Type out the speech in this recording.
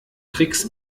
tricks